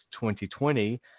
2020